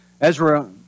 Ezra